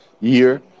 year